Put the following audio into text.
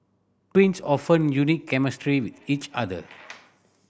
twins often unique chemistry with each other